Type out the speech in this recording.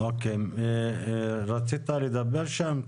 אנחנו סבורים שיש מקום לראש רשות לאפשר קביעה ספציפית פר פרויקט.